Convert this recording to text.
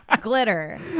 Glitter